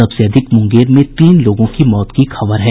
सबसे अधिक मुंगेर में तीन लोगों की मौत की खबर है